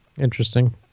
interesting